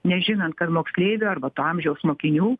nežinant kad moksleivių arba to amžiaus mokinių